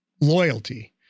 Loyalty